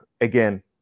again